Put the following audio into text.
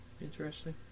Interesting